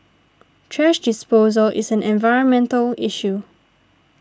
thrash disposal is an environmental issue